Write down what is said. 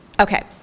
Okay